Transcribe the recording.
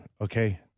okay